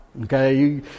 Okay